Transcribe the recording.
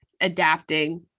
adapting